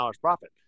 profit